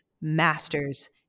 masters